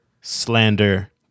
slander